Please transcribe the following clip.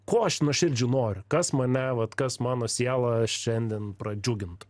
ko aš nuoširdžiai noriu kas mane vat kas mano sielą šiandien pradžiugintų